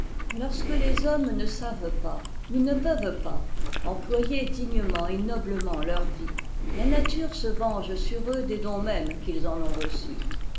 lorsque les hommes ne savent pas ou ne peuvent pas employer dignement et noblement leur vie la nature se venge sur eux des dons mêmes qu'ils en ont reçus